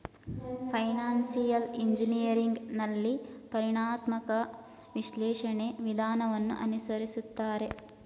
financial engineering ನಲ್ಲಿ ಪರಿಣಾಮಾತ್ಮಕ ವಿಶ್ಲೇಷಣೆ ವಿಧಾನವನ್ನು ಅನುಸರಿಸುತ್ತಾರೆ